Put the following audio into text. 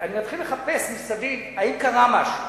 אני מתחיל לחפש מסביב אם קרה משהו.